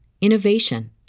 innovation